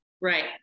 Right